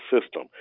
system